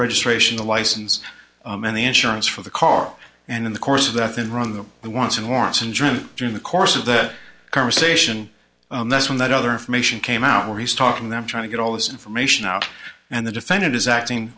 registration the license and the insurance for the car and in the course of that then run them once and warrants in germany during the course of that conversation that's when that other information came out where he's talking them trying to get all this information out and the defendant is acting